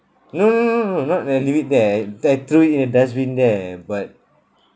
no no no no no not that I leave it there th~ I threw it in a dustbin there but